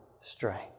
strength